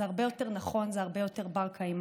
זה הרבה יותר נכון, זה הרבה יותר בר-קיימא.